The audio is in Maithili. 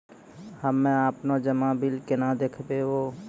हम्मे आपनौ जमा बिल केना देखबैओ?